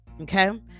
Okay